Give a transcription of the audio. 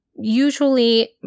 usually